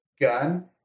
gun